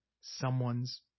someone's